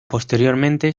posteriormente